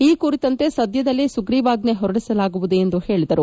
ಈ ಕುರಿತಂತೆ ಸದ್ಯದಲ್ಲೇ ಸುಗ್ರೀವಾಜ್ಞೆ ಹೊರಡಿಸಲಾಗುವುದು ಎಂದು ಹೇಳಿದರು